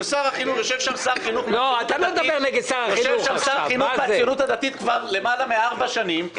כשיושב שם שר חינוך מהציונות הדתית כבר יותר מארבע שנים,